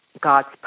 God's